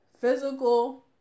physical